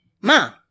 mom